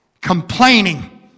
Complaining